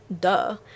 Duh